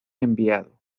enviado